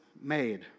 made